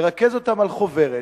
לרכז אותן בחוברת,